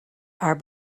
are